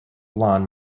lawn